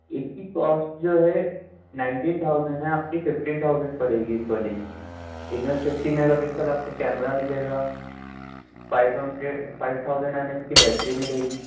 اِس کی کاسٹ جو ہے نائنٹین ٹھاوزینڈ ہے آپ کی ففٹین ٹھاوزینڈ پڑے گی اِس والے کی اِس میں ففٹی میگا پیکسل آپ کو کیمرہ مِلے گا five hundred five thousand M H کی بیٹری مِلے گی